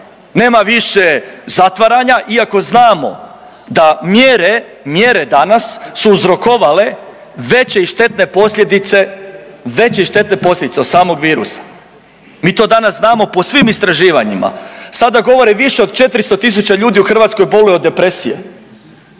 Nema više zatvaranja iako znamo da mjere, mjere danas su uzrokovale veće i štetne posljedice, veće i štetne posljedice od samog virusa. Mi to danas znamo po svim istraživanjima. Sada govore više od 400.000 ljudi u Hrvatskoj boluje od depresije.